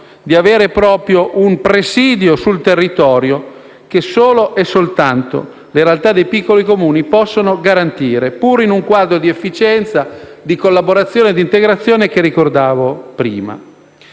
di avere proprio un presidio sul territorio che solo e soltanto le realtà dei piccoli Comuni possono garantire, in un quadro di efficienza, collaborazione e integrazione che ricordavo prima.